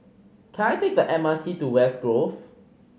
can I take the M R T to West Grove